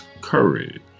courage